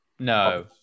No